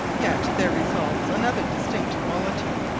yet there results another distinct quality,